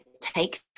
take